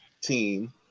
team